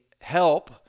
help